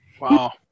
Wow